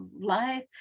life